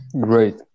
Great